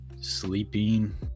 sleeping